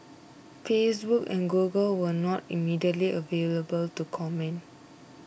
Facebook and Google were not immediately available to comment